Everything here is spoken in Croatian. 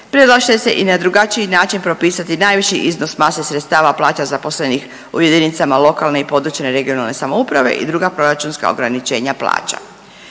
predlaže se i na drugačiji način propisati najviši iznos mase sredstava plaća zaposlenih u jedinicama lokalne i područne regionalne samouprave i druga proračunska ograničenja plaća.